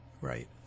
Right